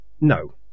No